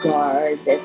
Guard